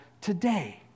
today